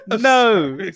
No